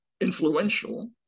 influential